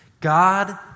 God